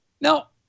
Now